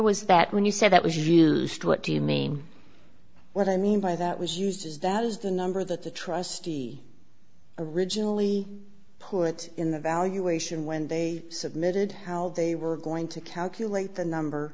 was that when you said that was what do you mean what i mean by that was used as that is the number that the trustee originally put in the valuation when they submitted how they were going to calculate the number